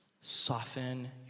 soften